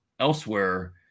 elsewhere